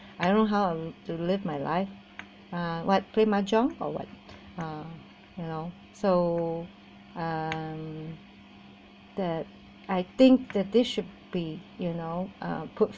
I don't know how to live my life uh what play mahjong or what uh you know so um that I think that they should be you know uh put